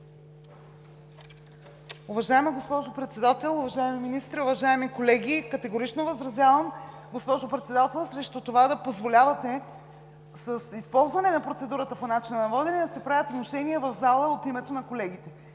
Уважаема госпожо Председател, уважаеми министри, уважаеми колеги! Категорично възразявам, госпожо Председател, срещу това да позволявате с използване на процедурата „по начина на водене“ да се правят внушения в залата от името на колегите.